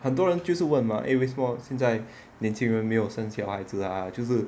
很多人就是问嘛 eh 为什么现在年轻人没有生小孩子啊就是